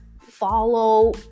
follow